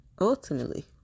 ultimately